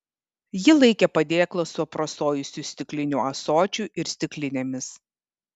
ji laikė padėklą su aprasojusiu stikliniu ąsočiu ir stiklinėmis